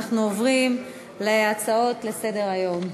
אנחנו עוברים להצעות לסדר-היום.